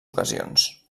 ocasions